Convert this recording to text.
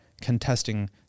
contesting